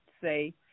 say